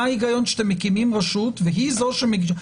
מה ההיגיון שאתם מקימים רשות והיא זאת שמגישה?